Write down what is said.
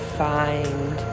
find